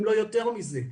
אם לא יותר מזה.